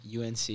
UNC